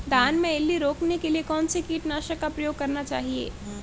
धान में इल्ली रोकने के लिए कौनसे कीटनाशक का प्रयोग करना चाहिए?